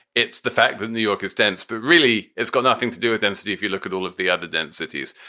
it's the fact that new york is dense. but really, it's got nothing to do with density if you look at all of the other dense cities.